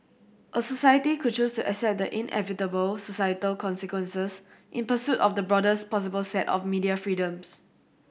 a society could choose to accept the inevitable societal consequences in pursuit of the broadest possible set of media freedoms